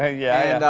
ah yeah, yeah.